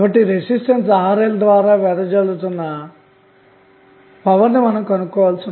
కాబట్టి resistance RL ద్వారా ఇవ్వబడిన పవర్ ని మనం కనుక్కోవాలి